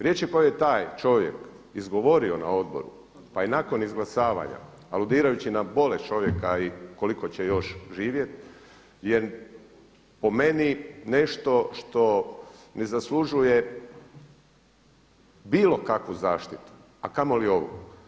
Riječi koje je taj čovjek izgovorio na odboru pa je nakon izglasavanja aludirajući na bolest čovjeka i koliko će još živjeti je po meni nešto što ne zaslužuje bilo kakvu zaštitu a kamoli ovu.